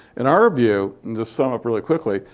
in our view, and to sum up really quickly,